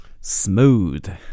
Smooth